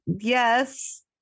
Yes